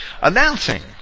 announcing